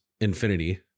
infinity